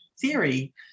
theory